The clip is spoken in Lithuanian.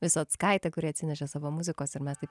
visockaitė kuri atsinešė savo muzikos ir mes taip